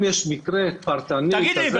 אם יש מקרה פרטני כזה או אחר --- תגיד לי,